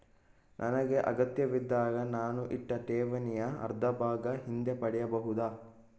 ನನಗೆ ಅಗತ್ಯವಿದ್ದಾಗ ನಾನು ಇಟ್ಟ ಠೇವಣಿಯ ಅರ್ಧಭಾಗ ಹಿಂದೆ ಪಡೆಯಬಹುದಾ?